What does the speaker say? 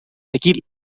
tequil